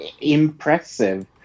impressive